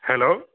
hello